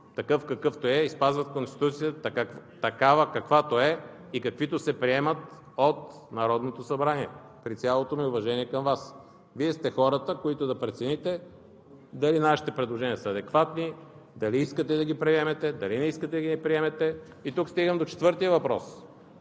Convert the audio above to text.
такъв какъвто е и спазват Конституцията, такава каквато е и каквито се приемат от Народното събрание, при цялото ми уважение към Вас. Вие сте хората, които да прецените дали нашите предложения са адекватни, дали искате да ги приемете, дали не искате да ги приемете. Тук стигам до четвъртия въпрос